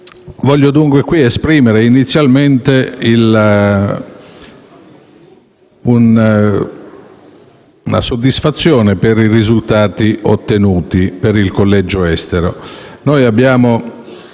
Vorrei dunque esprimere inizialmente soddisfazione per i risultati ottenuti per il collegio estero.